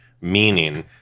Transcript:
meaning